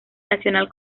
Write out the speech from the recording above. nacional